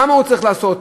כמה הוא צריך לעשות,